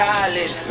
College